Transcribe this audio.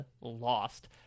lost